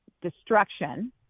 destruction